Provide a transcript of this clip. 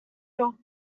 your